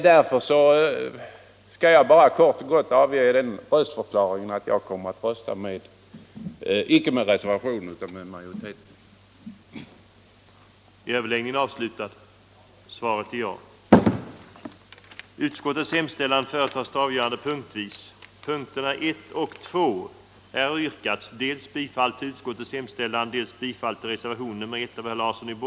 Därför skall jag nu bara kort och gott avge den röstningsförklaringen, att jag icke kommer att rösta med reservationen, utan att jag kommer att följa utskottsmajoriteten och sålunda rösta för utskottets hemställan.